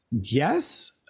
Yes